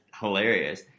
hilarious